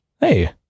hey